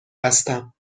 هستم